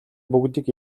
бүгдийг